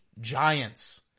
Giants